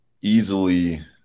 Easily